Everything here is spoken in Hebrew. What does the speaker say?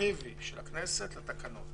אקטיבי של הכנסת לתקנות.